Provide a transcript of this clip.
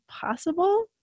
possible